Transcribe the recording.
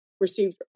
received